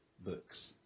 books